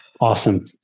Awesome